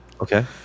Okay